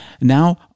Now